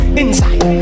inside